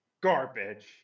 garbage